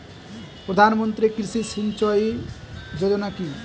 প্রধানমন্ত্রী কৃষি সিঞ্চয়ী যোজনা কি?